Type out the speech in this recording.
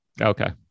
okay